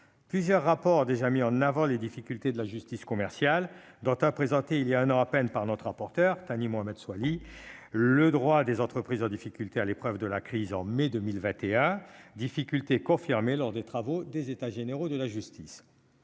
plusieurs rapports déjà mis en avant les difficultés de la justice commerciale dont a présenté il y a un an à peine, par notre rapporteur Thani Mohamed soit lit le droit des entreprises en difficulté à l'épreuve de la crise en mai 2021 difficulté confirmée lors des travaux des états généraux de la justice